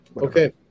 Okay